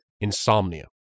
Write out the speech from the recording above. insomnia